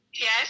Yes